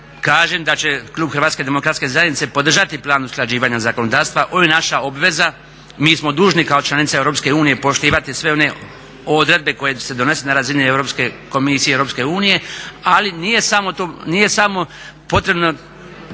kažem da će klub HDZ-a podržati Plan usklađivanja zakonodavstva on je naša obaveza, mi smo dužni kao članice EU poštivati sve one odredbe koje se donose na razini Europske komisije EU, ali nije samo potrebno